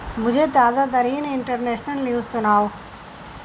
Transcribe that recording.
مجھے تازہ ترین انٹر نیشنل نیوز سناؤ